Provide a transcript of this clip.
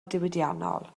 diwydiannol